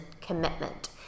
commitment